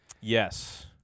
Yes